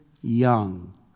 young